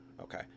okay